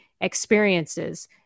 experiences